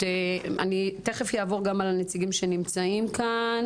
אני תכף אעבור על הנציגים שנמצאים כאן